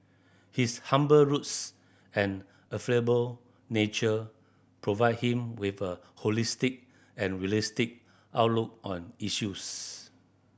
his humble roots and affable nature provide him with a holistic and realistic outlook on issues